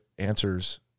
answers